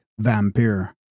Vampire